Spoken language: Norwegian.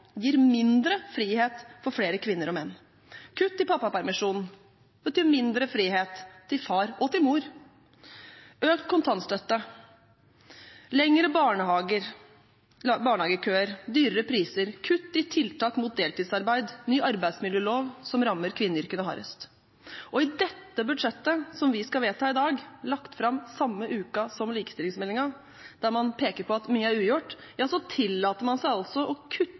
gir mindre frihet for flere kvinner og menn. Kutt i pappapermisjonen betyr mindre frihet til far og til mor. Det samme gjør økt kontantstøtte, lengre barnehagekøer, høyere priser, kutt i tiltak mot deltidsarbeid og ny arbeidsmiljølov som rammer kvinneyrkene hardest. Og i dette budsjettet som vi skal vedta i dag, lagt fram samme uke som likestillingsmeldingen, der man peker på at mye er ugjort, tillater man seg altså å kutte